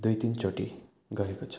दुई तिनचोटि गएको छु